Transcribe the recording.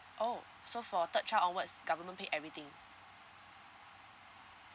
oh so for third child onwards government pay everything